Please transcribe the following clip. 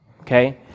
okay